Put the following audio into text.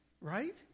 right